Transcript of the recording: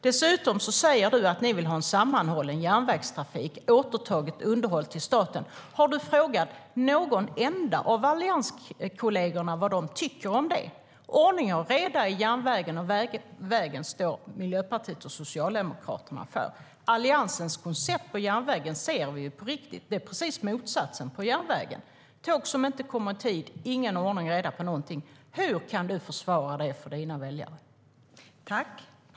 Dessutom säger du, Patrik Jönsson, att ni vill ha en sammanhållen järnvägstrafik och att staten återtar underhållet. Har du frågat någon enda av allianskollegerna vad de tycker om det? Ordning och reda på järnvägen och vägen står Miljöpartiet och Socialdemokraterna för. Alliansens koncept för järnvägen ser vi ju på riktigt. Det är precis motsatsen för järnvägen: tåg som inte kommer i tid, ingen ordning och reda på någonting. Hur kan du försvara det inför dina väljare?